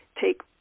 take